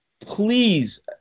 please